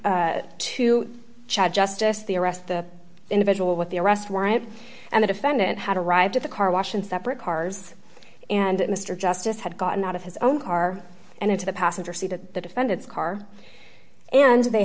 two shot justice the arrest the individual with the arrest warrant and the defendant had arrived at the car wash in separate cars and mr justice had gotten out of his own car and into the passenger seat of the defendant's car and they